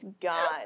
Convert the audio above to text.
God